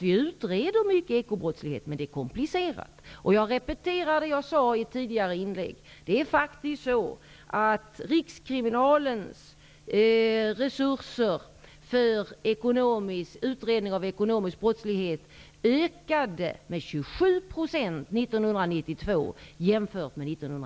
Vi utreder mycken ekobrottslighet. Men det är komplicerat. Jag repeterar det som jag sade i tidigare inlägg: Rikskriminalens resurer för utredning av ekonomisk brottslighet ökade med